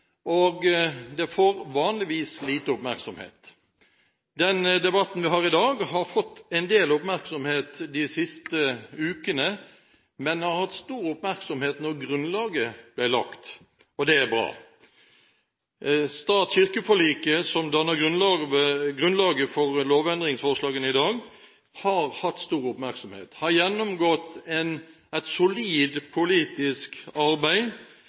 og det får vanligvis liten oppmerksomhet. Den debatten vi har i dag, har fått en del oppmerksomhet de siste ukene, men fikk stor oppmerksomhet da grunnlaget ble lagt, og det er bra. Stat–kirke-forliket, som danner grunnlaget for lovendringsforslagene i dag, har hatt stor oppmerksomhet, har gjennomgått et solid politisk arbeid,